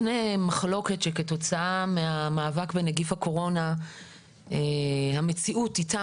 אין מחלוקת שכתוצאה מהמאבק בנגיף הקורונה המציאות איתה